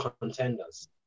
contenders